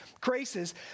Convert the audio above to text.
graces